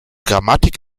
grammatik